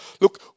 Look